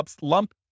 lump